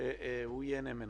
מהמענק הזה.